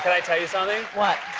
i tell you something? what?